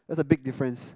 that's a big difference